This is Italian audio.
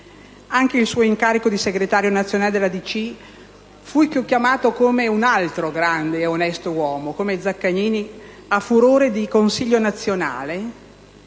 Anche al suo incarico di segretario nazionale della DC fu chiamato, come un altro grande onest'uomo quale Zaccagnini, a furore di Consiglio nazionale